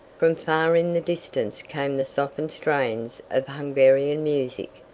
from far in the distance came the softened strains of hungarian music,